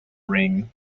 ring